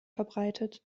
verbreitet